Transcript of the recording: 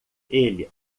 ele